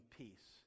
peace